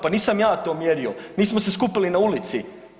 Pa nisam ja to mjerio, nismo se skupili na ulici.